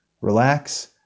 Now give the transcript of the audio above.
relax